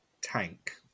tank